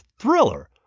thriller